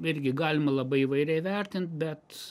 irgi galim labai įvairiai vertint bet